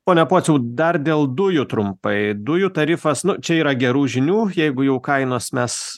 pone pociau dar dėl dujų trumpai dujų tarifas nu čia yra gerų žinių jeigu jau kainos mes